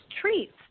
treats